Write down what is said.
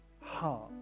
heart